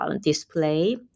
display